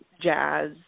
jazz